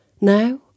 Now